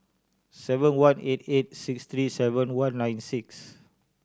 seven one eight eight six three seven one nine six